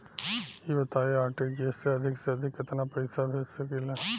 ई बताईं आर.टी.जी.एस से अधिक से अधिक केतना पइसा भेज सकिले?